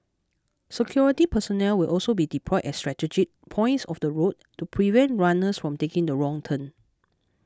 security personnel will also be deployed at strategic points of the route to prevent runners from taking the wrong turn